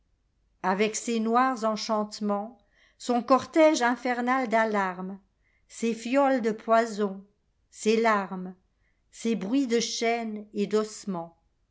avec ses noirs enchantements son cortège infernal d'alarmes ses fioles de poison ses larmes ses bruits de chaîne et d'ossementsi